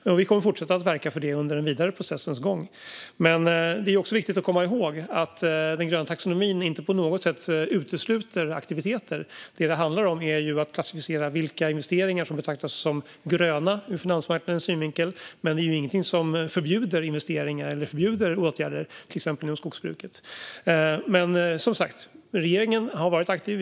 Vi kommer att fortsätta att verka för detta under den vidare processens gång. Men det är också viktigt att komma ihåg att den gröna taxonomin inte på något sätt utesluter aktiviteter. Det handlar om att klassificera vilka investeringar som betraktas som gröna ur finansmarknadens synvinkel. Men det är ingenting som förbjuder investeringar eller åtgärder till exempel inom skogsbruket. Men, som sagt, regeringen har varit aktiv.